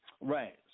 Right